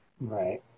Right